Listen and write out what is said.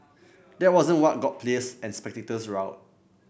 that wasn't what got players and spectators riled